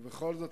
ובכל זאת,